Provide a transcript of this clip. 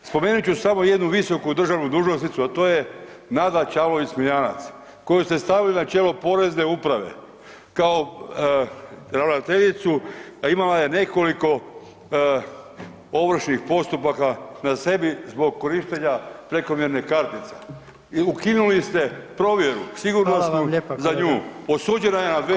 Spomenut ću samo jednu visoku državnu dužnosnicu, a to je Nada Čavlović Smiljanac, koju ste stavili na čelo porezne uprave kao ravnateljicu, a imala je nekoliko ovršnih postupaka na sebi zbog korištenja prekomjerne kartice i ukinuli ste provjeru, sigurnosnu [[Upadica: Hvala vam lijepa kolega]] za nju, osuđena je na 2,5.g. zatvora.